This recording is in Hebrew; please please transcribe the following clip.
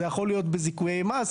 זה יכול להיות בזיכויי מס,